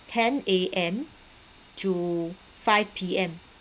ten A_M to five P_M